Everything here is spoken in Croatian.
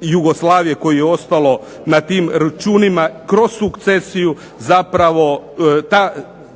ex-Jugoslavije koje je ostalo na tim računima kroz sukcesiju zapravo ta